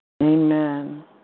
Amen